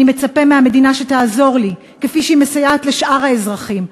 אני מצפה שהמדינה תעזור לי כפי שהיא מסייעת לשאר האזרחים,